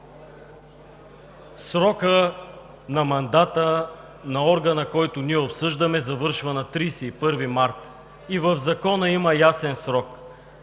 Срокът на мандата на органа, който ние обсъждаме, завършва на 31 март и в Закона има ясен срок